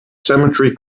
cemetery